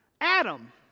Adam